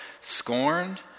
scorned